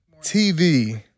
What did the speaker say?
TV